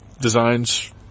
designs